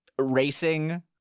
racing